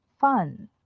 fun